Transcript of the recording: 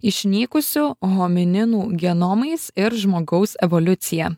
išnykusių homininų genomais ir žmogaus evoliucija